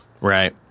Right